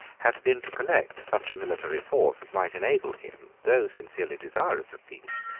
had been to collect such a military force as might enable him, though sincerely desirous of peace,